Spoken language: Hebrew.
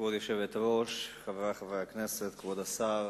היושבת-ראש, חברי חברי הכנסת, כבוד השר,